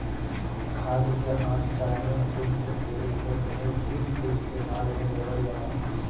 खाद के हाथ चाहे मशीन से पूरे खेत में छींट के इस्तेमाल में लेवल जाला